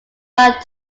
not